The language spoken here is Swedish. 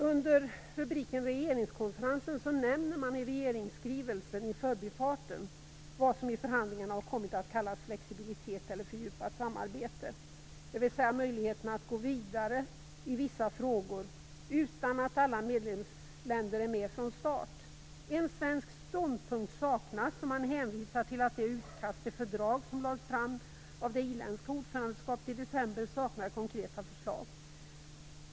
Under rubriken Regeringskonferens nämner man i regeringsskrivelsen i förbifarten vad som i förhandlingarna har kommit att kallas flexibilitet eller fördjupat samarbete, dvs. möjligheten att gå vidare i visa frågor utan att alla medlemsländer är med från start. En svensk ståndpunkt saknas, och man hänvisar till att det utkast till fördrag som lades fram av det irländska ordförandeskapet i december saknar konkreta förslag.